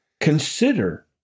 consider